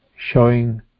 Showing